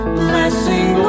blessing